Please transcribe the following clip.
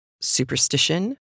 superstition